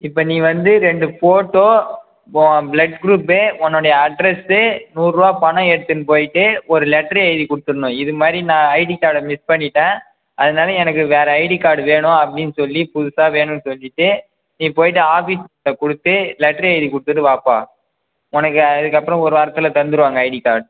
இப்போ நீ வந்து ரெண்டு ஃபோட்டோ உன் பிளட் குரூப் உன்னோட அட்ரெஸ் நூறு ரூபா பணம் எடுத்துன்னு போய்ட்டு ஒரு லெட்டர் எழுதி கொடுத்துடனும் இது மாதிரி நான் ஐடி கார்டை மிஸ் பண்ணிட்டேன் அதனால் எனக்கு வேறு ஐடி கார்டு வேணும் அப்படின்னு சொல்லி புதுசாக வேணும்ன்னு சொல்லிவிட்டு நீ போய்ட்டு ஆஃபீஸ் ரூமில் கொடுத்து லெட்டர் எழுதி கொடுத்துட்டு வாப்பா உனக்கு அதுக்கப்புறம் ஒரு வாரத்தில் தந்துருவாங்க ஐடி கார்டு